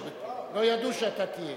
לא ידעו שאתה תהיה.